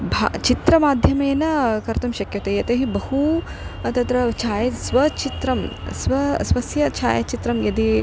भा चित्रमाध्यमेन कर्तुं शक्यते यतेहि बहु तत्र छाया स्वचित्रं स्व स्वस्य छायाचित्रं यदि